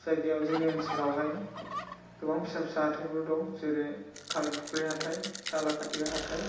जोंनि जायगायाव जांनि ओनसोलावहाय गोबां फिसा फिसा हाथायफोर दं जेरै बे खालिफुख्रि हाथाय सालाखाथि हाथाय